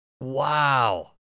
wow